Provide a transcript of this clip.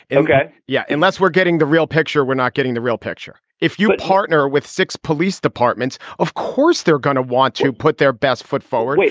ok? yeah. and that's where getting the real picture. we're not getting the real picture. if you partner with six police departments, of course, they're going to want to put their best foot forward.